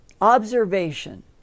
observation